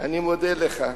אני מודה לך.